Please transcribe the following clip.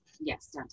Yes